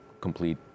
complete